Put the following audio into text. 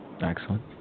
Excellent